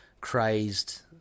crazed